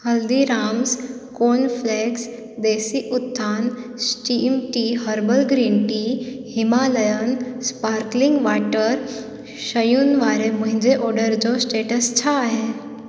Haldiram's cornflakes Desi Utthan steam tea herbal green tea Himalayan sparkling water शयुनि वारे मुंहिंजे ऑडर जो स्टेटस छा आहे